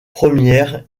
premières